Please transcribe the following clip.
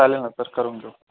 चालेल ना सर करून घेऊ